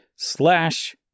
Slash